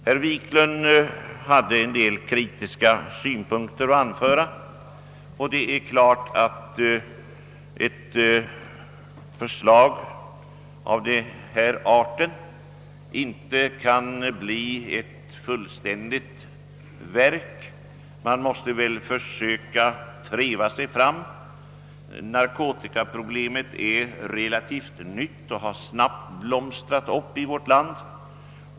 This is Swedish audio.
Herr Wiklund i Stockholm anförde här en del kritiska synpunkter, och det är klart att ett förslag av denna art inte kan vara ett fullständigt verk. Man får försöka pröva sig fram. Narkotikaproblemet är relativt nytt och har blossat upp snabbt i vårt land.